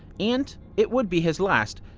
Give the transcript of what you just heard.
and it would be his last.